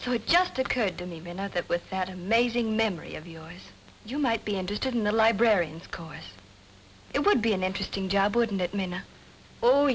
so it just occurred to me that with that amazing memory of yours you might be interested in the library and course it would be an interesting job wouldn't it